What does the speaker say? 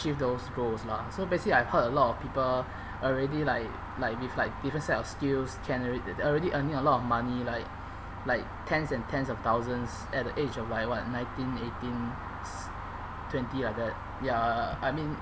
achieve those goals lah so basically I've heard a lot of people already like like with like different sets of skills can already already earning a lot of money like like tens and tens of thousands at the age of like what nineteen eighteens twenty like that ya I mean